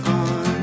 on